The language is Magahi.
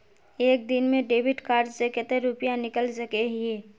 एक दिन में डेबिट कार्ड से कते रुपया निकल सके हिये?